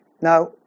Now